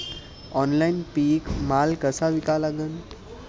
Online पीक माल कसा विका लागन?